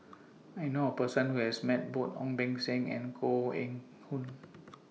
I know A Person Who has Met Both Ong Beng Seng and Koh Eng Hoon